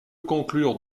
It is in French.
conclure